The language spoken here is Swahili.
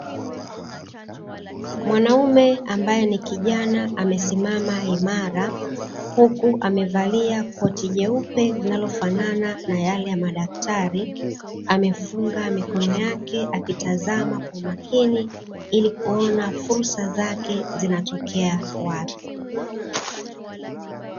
Mwanaume ambae ni kijana amesimama imara huku amevalia koti jeupe inalofanana na yale ya madaktari, amefunga mikono yake akitazama kwa umakini ili kuona fursa zake zinatokea wapi.